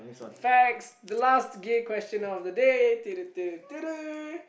facts the last gay question of the day